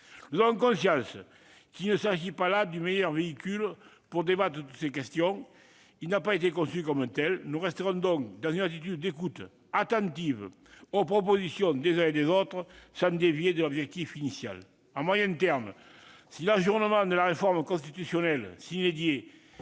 Nous avons conscience qu'il ne s'agit pas là du meilleur véhicule pour débattre de toutes ces questions : il n'a pas été conçu comme tel. Nous resterons donc dans une attitude d'écoute attentive aux propositions des uns et des autres, sans dévier de l'objectif initial. À moyen terme, si l'ajournement de la réforme institutionnelle écarte